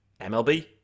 MLB